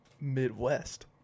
Midwest